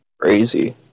crazy